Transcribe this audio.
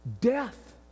Death